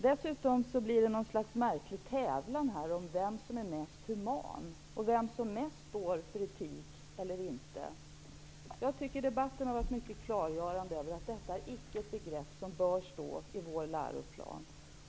Dessutom är det något slags märklig tävlan här om vem som är mest human, och vem som mest står för etik. Jag tycker att debatten har klargjort att detta är ett begrepp som inte bör stå i vår läroplan.